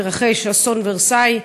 התרחש אסון "אולמי ורסאי",